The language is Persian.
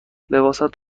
لباست